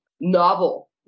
novel